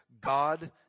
God